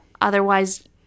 Otherwise